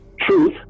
truth